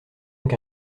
donc